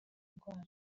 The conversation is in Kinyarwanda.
indwara